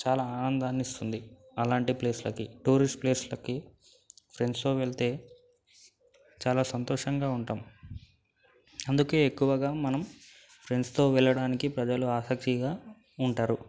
చాలా ఆనందాన్నిస్తుంది అలాంటి ప్లేస్లకి టూరిస్ట్ ప్లేస్లకి ఫ్రెండ్స్తో వెళితే చాలా సంతోషంగా ఉంటాం అందుకే ఎక్కువగా మనం ఫ్రెండ్స్తో వెళ్ళడానికి ప్రజలు ఆసక్తిగా ఉంటారు